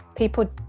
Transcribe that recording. people